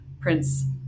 Prince